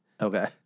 Okay